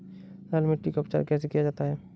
लाल मिट्टी का उपचार कैसे किया जाता है?